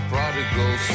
Prodigal